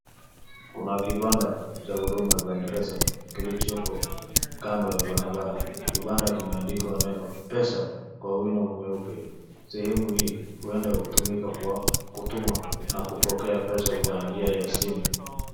Kuna kibanda cha huduma ya mpesa , kilichopo kando ya barabara, kibanda kimeandikwa neno pesa kwa wini mweupe. Sehemu hii huenda hutumika kwa kutuma na kupokea pesa kwa njia ya simu.